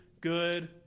good